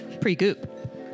Pre-goop